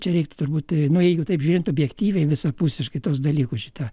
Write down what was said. čia reiktų turbūt nu jeigu taip žiūrint objektyviai visapusiškai tuos dalykus šita